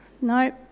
Nope